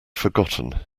forgotten